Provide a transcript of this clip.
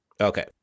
Okay